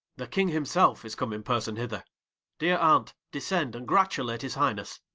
the king himself is come in person hither dear aunt, descend, and gratulate his highness.